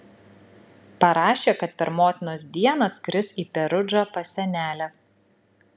parašė kad per motinos dieną skris į perudžą pas senelę